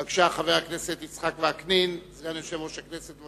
בבקשה, חבר הכנסת יצחק וקנין, סגן יושב-ראש הכנסת.